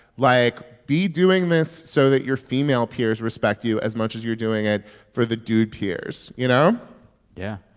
like, be doing this so that your female peers respect you as much as you are doing it for the dude peers, you know yeah.